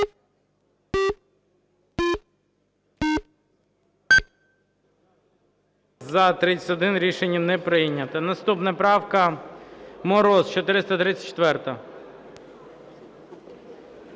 За-31 Рішення не прийнято. Наступна правка, Мороз, 434-а.